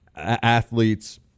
athletes